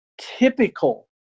typical